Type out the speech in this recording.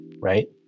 right